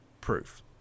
proof